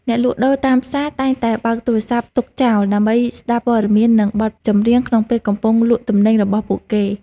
អ្នកលក់ដូរតាមផ្សារតែងតែបើកទូរទស្សន៍ទុកចោល ដើម្បីស្តាប់ព័ត៌មាននិងបទចម្រៀងក្នុងពេលកំពុងលក់ទំនិញរបស់ពួកគេ។